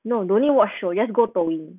no no need watch shows just go 抖音